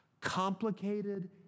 Complicated